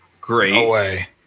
Great